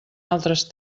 altres